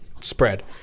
spread